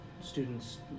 Students